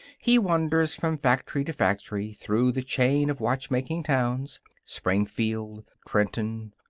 he wanders from factory to factory through the chain of watchmaking towns springfield, trenton,